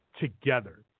together